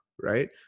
right